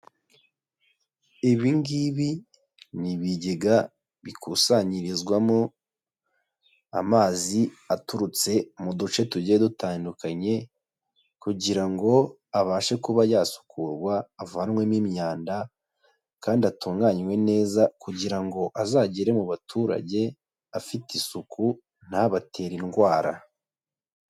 Ibi ngibi ni ibigega bikusanyirizwamo amazi aturutse mu duce tugiye dutandukanye kugira ngo abashe kuba yasukurwa avanwemo imyanda kandi atunganwe neza kugira ngo azagere mu baturage afite isuku ntabatere indwara.